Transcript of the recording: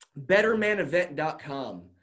bettermanevent.com